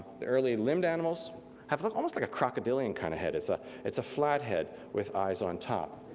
the early limbed animals have got almost like a crocodilian kind of head. it's ah it's a flat head with eyes on top.